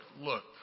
look